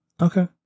Okay